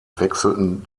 wechselten